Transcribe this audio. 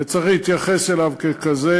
וצריך להתייחס אליו ככזה.